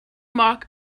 marked